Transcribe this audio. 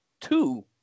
two